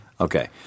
Okay